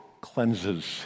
cleanses